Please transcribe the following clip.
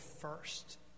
first